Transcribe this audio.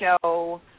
show